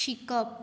शिकप